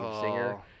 singer